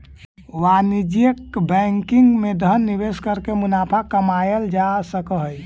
वाणिज्यिक बैंकिंग में धन निवेश करके मुनाफा कमाएल जा सकऽ हइ